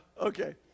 okay